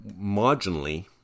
marginally